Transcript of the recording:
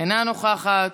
אינה נוכחת,